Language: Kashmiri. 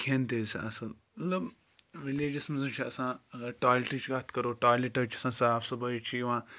کھٮ۪ن تہِ حظ آسان اَصٕل مطلب وِلیجَس منٛز چھِ آسان ٹالِٹٕچ کَتھ کَرو ٹالِٹ حظ چھِ آسان صاف صُبحٲے چھِ یِوان